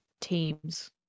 teams